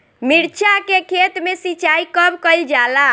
मिर्चा के खेत में सिचाई कब कइल जाला?